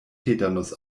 tetanus